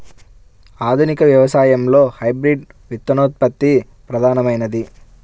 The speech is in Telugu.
ఆధునిక వ్యవసాయంలో హైబ్రిడ్ విత్తనోత్పత్తి ప్రధానమైనది